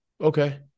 okay